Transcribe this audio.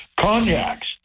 cognacs